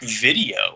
video